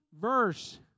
verse